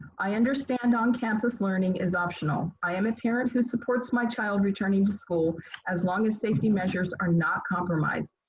i understand on campus learning is optional. i am a parent who supports my child returning to school as long as safety measures are not compromised.